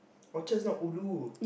Orchard's not ulu